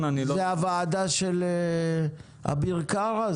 זה הוועדה של אביר קארה?